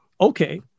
okay